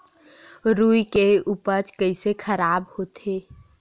रुई के उपज कइसे खराब होथे?